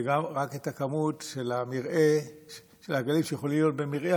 וגם רק את הכמות של העגלים שיכולים להיות במרעה,